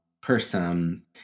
person